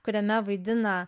kuriame vaidina